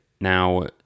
Now